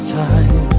time